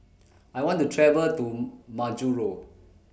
I want to travel to Majuro